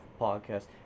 podcast